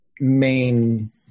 main